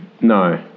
No